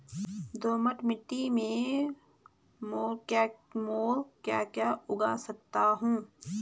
दोमट मिट्टी में म ैं क्या क्या उगा सकता हूँ?